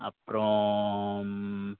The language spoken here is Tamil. அப்புறோம்